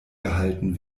gehalten